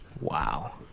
wow